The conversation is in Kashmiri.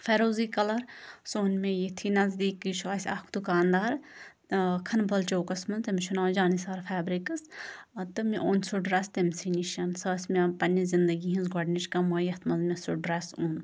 فیروزی کَلَر سُہ اوٚن مےٚ ییٚتھی نَزدیٖکٕے چھُ اسہِ اَکھ دُکاندار ٲں کھنہٕ بَل چوکَس منٛز تٔمِس چھُ ناو جانِسار فیبرِکٕس ٲں تہٕ مےٚ اوٚن سُہ ڈرٛیٚس تٔمسٕے نِش سۄ ٲس مےٚ پَننہِ زِندگی ہنٛز گۄڈنِچۍ کَمٲے یَتھ منٛز مےٚ سُہ ڈرٛیٚس اوٚن